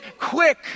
quick